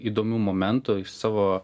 įdomių momentų iš savo